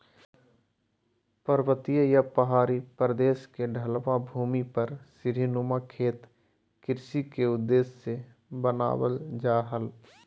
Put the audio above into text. पर्वतीय या पहाड़ी प्रदेश के ढलवां भूमि पर सीढ़ी नुमा खेत कृषि के उद्देश्य से बनावल जा हल